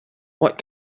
what